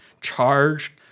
charged